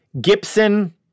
Gibson